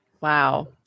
Wow